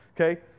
okay